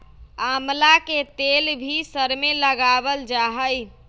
आमला के तेल भी सर में लगावल जा हई